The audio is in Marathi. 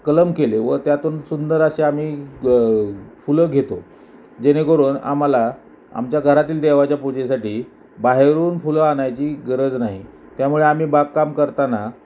कलम केले व त्यातून सुंदर असे आम्ही ग फुलं घेतो जेणेकरून आम्हाला आमच्या घरातील देवाच्या पूजेसाठी बाहेरून फुलं आणायची गरज नाही त्यामुळे आम्ही बागकाम करताना